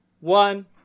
one